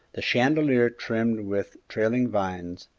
the chandelier trimmed with trailing vines,